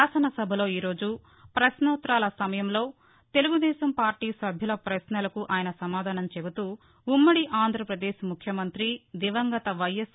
శాసనసభలో ఈ రోజు ప్రశ్నోత్తరాల సమయంలో తెలుగుదేశం పార్టీ సభ్యుల ప్రశ్నలకు ఆయన సమాధానం చెబుతూఉమ్మడి ఆంధ్రప్రదేశ్ ముఖ్యమంతి దివంగత వైఎస్